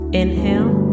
inhale